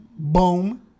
Boom